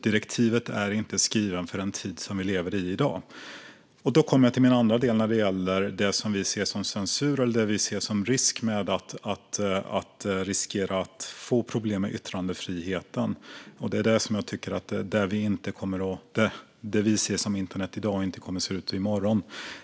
Direktivet är inte skrivet för den tid vi i dag lever i. Då kommer jag till min andra del, när det gäller det vi ser som censur eller som en risk att få problem med yttrandefriheten. Det är där jag tycker att det internet vi ser i dag inte kommer att se likadant ut i morgon.